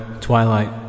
Twilight